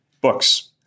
books